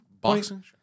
Boxing